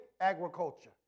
agriculture